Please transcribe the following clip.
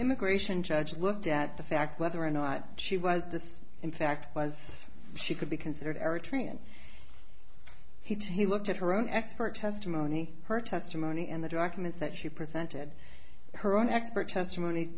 immigration judge looked at the fact whether or not she was in fact was she could be considered eritrean he looked at her own expert testimony her testimony and the documents that she presented her own expert testimony